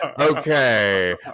Okay